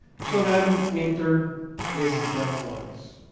so then enter yessica flores.